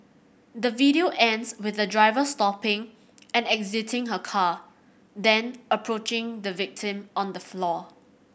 the video ends with the driver stopping and exiting her car then approaching the victim on the floor